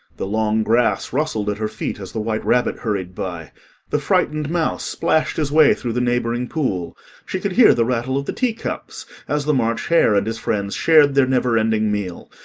the long grass rustled at her feet as the white rabbit hurried by the frightened mouse splashed his way through the neighbouring pool she could hear the rattle of the teacups as the march hare and his friends shared their never-ending meal,